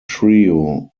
trio